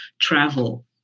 travel